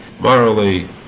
morally